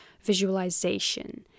visualization